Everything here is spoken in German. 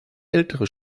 ältere